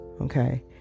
okay